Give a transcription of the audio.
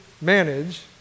manage